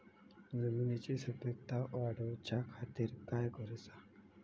जमिनीची सुपीकता वाढवच्या खातीर काय करूचा?